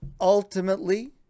Ultimately